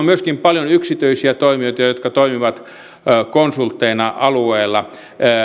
myöskin paljon yksityisiä toimijoita jotka toimivat konsultteina alueella